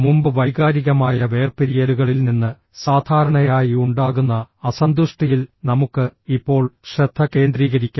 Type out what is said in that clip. മുമ്പ് വൈകാരികമായ വേർപിരിയലുകളിൽ നിന്ന് സാധാരണയായി ഉണ്ടാകുന്ന അസന്തുഷ്ടിയിൽ നമുക്ക് ഇപ്പോൾ ശ്രദ്ധ കേന്ദ്രീകരിക്കാം